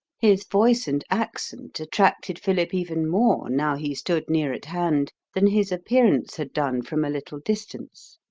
his voice and accent attracted philip even more now he stood near at hand than his appearance had done from a little distance.